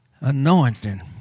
Anointing